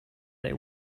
they